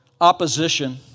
opposition